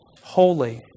holy